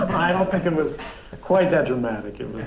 i don't think it was quite that dramatic it was, ah,